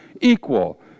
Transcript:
equal